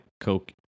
Coke